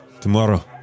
Tomorrow